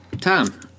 Tom